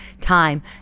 time